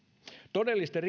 todellisten